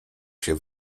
się